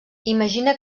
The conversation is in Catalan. imagina